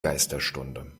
geisterstunde